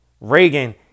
Reagan